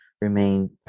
remain